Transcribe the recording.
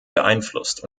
beeinflusst